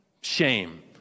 Shame